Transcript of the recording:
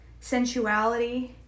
sensuality